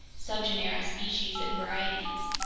subgenera, species, and varieties.